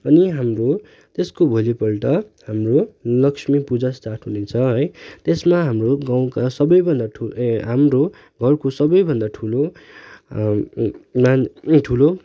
अनि हाम्रो त्यसको भोलिपल्ट हाम्रो लक्ष्मी पूजा स्टार्ट हुनेछ है त्यसमा हाम्रो गाउँका सबैभन्दा ठुला ए हाम्रो घरको सबैभन्दा ठुलो ठुलो